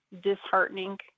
disheartening